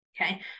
okay